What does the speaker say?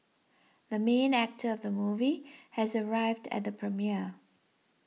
the main actor of the movie has arrived at the premiere